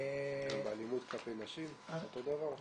גם באלימות כלפי נשים אותו דבר?